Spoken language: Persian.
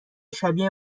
شبیه